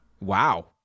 Wow